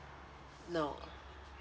no